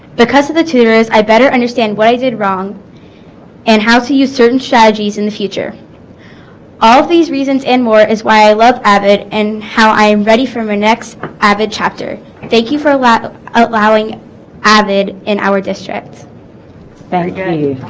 because of the tutors i better understand what i did wrong and how to use certain strategies in the future all of these reasons and more is why i love avid and how i am ready for my next avid chapter thank you for a lot allowing avid in our district hello yeah my